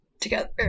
together